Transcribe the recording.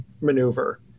maneuver